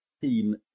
team